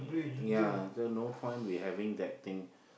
ya so no point we having that thing